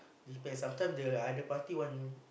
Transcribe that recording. depend sometime the other party want